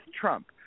Trump